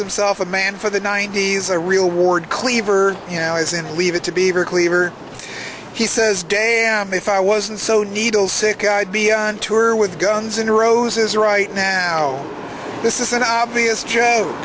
himself a man for the ninety's a real ward cleaver you know as in leave it to beaver cleaver he says de am if i wasn't so needle sick i'd be on tour with guns n roses right now this is an obvious jo